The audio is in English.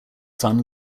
fun